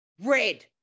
red